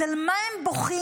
אז על מה הם בוכים?